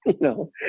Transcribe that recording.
No